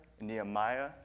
Nehemiah